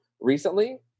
recently